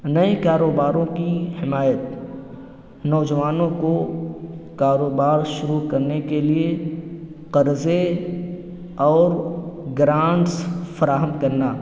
نئے کاروباروں کی حمایت نوجوانوں کو کاروبار شروع کرنے کے لیے قرضے اور گرانٹس فراہم کرنا